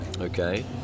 Okay